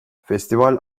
festival